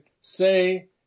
say